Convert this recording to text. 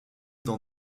dans